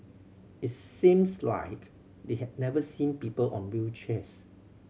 it seems like they had never seen people on wheelchairs